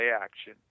action